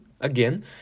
Again